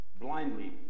blindly